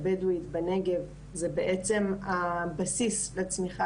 הבדואית בנגב היא בעצם הבסיס לצמיחה